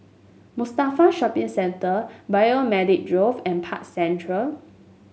Mustafa Shopping Center Biomedical Grove and Park Central